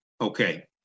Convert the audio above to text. Okay